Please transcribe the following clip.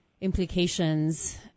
implications